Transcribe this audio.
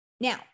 Now